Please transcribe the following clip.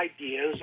ideas